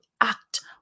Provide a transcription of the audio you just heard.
act